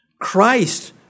Christ